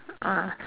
ah